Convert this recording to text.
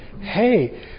hey